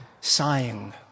sighing